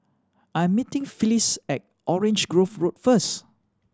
I'm meeting Phyliss at Orange Grove Road first